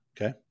Okay